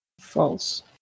False